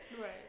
Right